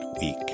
week